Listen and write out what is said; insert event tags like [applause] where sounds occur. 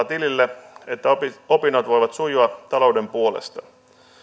[unintelligible] tilille jotta opinnot voivat sujua talouden puolesta